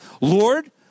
Lord